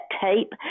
tape